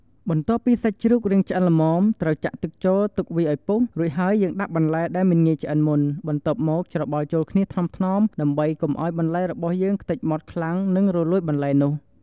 បន្ទាប់ពីសាច់ជ្រូករាងឆ្អិនល្មម ត្រូវចាក់ទឹកចូលទុកវាអោយពុះ រួចហើយយើងដាក់បន្លែដែលមិនងាយឆ្អិនមុន បន្ទាប់មកច្របល់ចូលគ្នាថ្នមៗដើម្បីកុំឲ្យបន្លែរបស់យើងខ្ទេចម៉ត់ខ្លាំងនិងរលួយបន្លែនោះ។